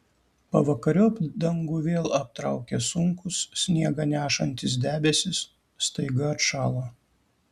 pavakariop dangų vėl aptraukė sunkūs sniegą nešantys debesys staiga atšalo